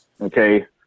Okay